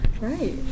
Right